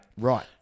Right